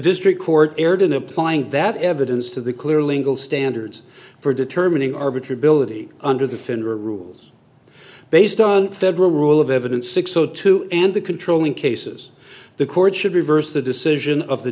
district court erred in applying that evidence to the clearly ingle standards for determining arbiter ability under the federal rules based on federal rule of evidence six o two and the controlling cases the court should reverse the decision of the